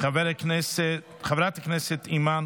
חבר הכנסת טאהא.